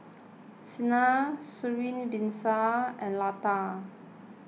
Saina Srinivasa and Lata